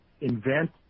invent